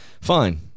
fine